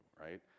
right